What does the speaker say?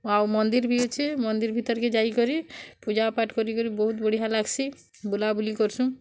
ଆଉ ମନ୍ଦିର୍ ଭି ଅଛେ ମନ୍ଦିର୍ ଭିତର୍କେ ଯାଇ କରି ପୂଜାପାଠ୍ କରି କରି ବହୁତ୍ ବଢ଼ିଆ ଲାଗ୍ସି ବୁଲା ବୁଲି କର୍ସୁଁ